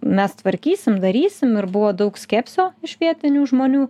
mes tvarkysim darysim ir buvo daug skepsio iš vietinių žmonių